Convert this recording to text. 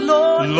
Lord